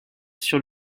sur